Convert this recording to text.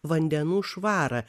vandenų švarą